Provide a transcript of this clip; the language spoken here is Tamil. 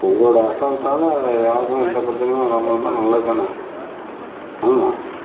உங்களோடய அசால்ட்டால் யாருக்குமே எந்த பிரச்சனையும் வராமயிருந்தா நல்லதுதான் ஆமாம்